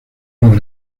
los